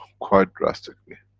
quite drastically,